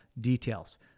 details